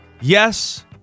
yes